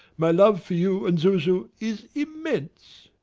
my love for you and zuzu is immense.